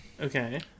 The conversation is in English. Okay